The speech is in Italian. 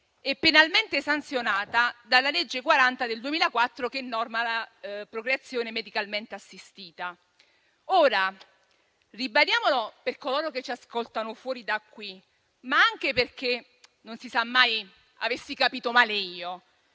e penalmente sanzionata dalla legge n. 40 del 2004, che norma la procreazione medicalmente assistita. Ribadiamo, per coloro che ci ascoltano fuori da qui, ma anche perché non si sa mai avessi capito male io,